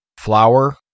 flour